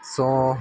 सौ